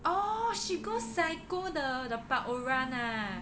oh she go psycho the Park Oh Ran ah